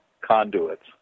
conduits